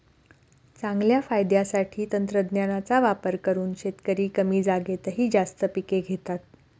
चांगल्या फायद्यासाठी तंत्रज्ञानाचा वापर करून शेतकरी कमी जागेतही जास्त पिके घेतात